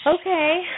Okay